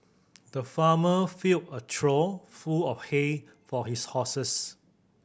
the farmer filled a trough full of hay for his horses